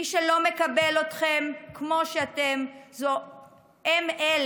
מי שלא מקבל אתכם כמו שאתם הם אלה